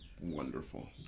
Wonderful